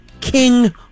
King